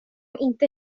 inte